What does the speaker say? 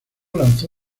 lanzó